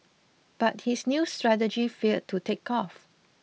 but his new strategy failed to take off